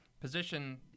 position –